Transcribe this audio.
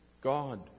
God